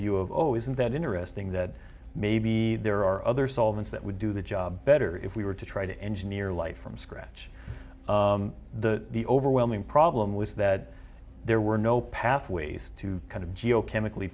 view of oh isn't that interesting that maybe there are other solvents that would do the job better if we were to try to engineer life from scratch the overwhelming problem was that there were no pathways to kind of geo chemically